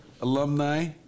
Alumni